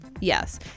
Yes